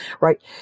right